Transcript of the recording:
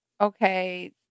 okay